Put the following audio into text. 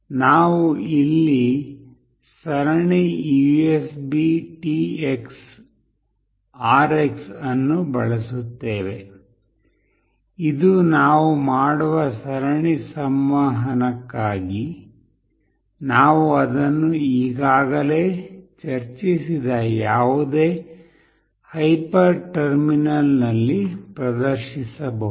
ನಾವು ಇಲ್ಲಿ ಸರಣಿ USBTX RX ಅನ್ನು ಬಳಸುತ್ತೇವೆ ಇದು ನಾವು ಮಾಡುವ ಸರಣಿ ಸಂವಹನಕ್ಕಾಗಿ ನಾವು ಅದನ್ನು ಈಗಾಗಲೇ ಚರ್ಚಿಸಿದ ಯಾವುದೇ ಹೈಪರ್ ಟರ್ಮಿನಲ್ ನಲ್ಲಿ ಪ್ರದರ್ಶಿಸಬಹುದು